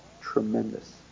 Tremendous